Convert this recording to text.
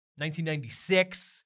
1996